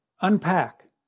Unpack